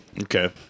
okay